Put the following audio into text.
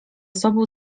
sobą